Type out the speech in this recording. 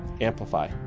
amplify